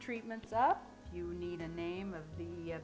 treatments up you need a name of the